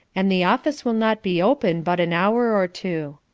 and the office will not be open but an hour or two.